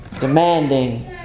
demanding